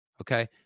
okay